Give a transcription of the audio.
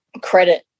credit